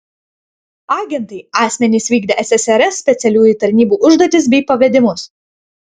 agentai asmenys vykdę ssrs specialiųjų tarnybų užduotis bei pavedimus